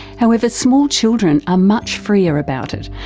however, small children are much freer about it,